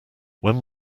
when